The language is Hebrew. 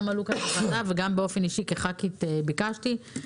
עלו כאן בוועדה וגם באופן אישית ביקשתי כח"כית,